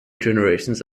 generations